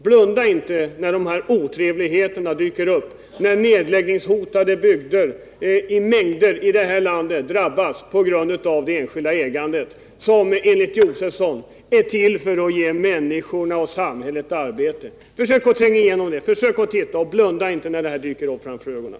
Blunda inte när de här otrevligheterna dyker upp, när mängder av nedläggningshotade bygder i det här landet drabbas på grund av det enskilda ägandet, som enligt Stig Josefson är till för att ge människorna och samhället arbete! Försök att se på den verkligheten, och blunda inte när den dyker upp framför ögonen!